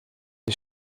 die